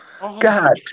God